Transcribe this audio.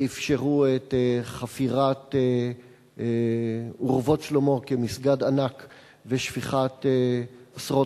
שאפשרו את חפירת "אורוות שלמה" כמסגד ענק ושפיכת עשרות